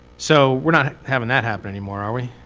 so we're not having that happen anymore, are we?